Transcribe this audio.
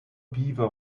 beaver